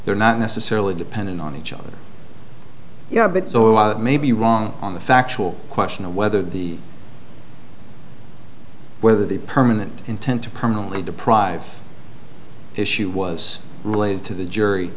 they're not necessarily dependent on each other you know but so while it may be wrong on the factual question of whether the whether the permanent intent to permanently deprive issue was related to the jury